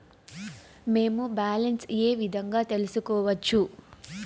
మేము బ్యాలెన్స్ ఏ విధంగా తెలుసుకోవచ్చు?